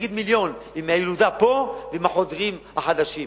תגיד מיליון עם הילודה פה ועם החודרים החדשים,